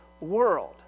world